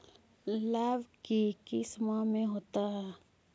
लव की किस माह में होता है?